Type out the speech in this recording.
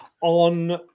on